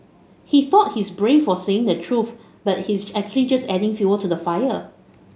he thought he's brave for saying the truth but he's actually just adding fuel to the fire